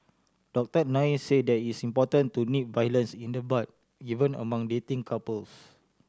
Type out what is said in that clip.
Doctor Nair said that it is important to nip violence in the bud even among dating couples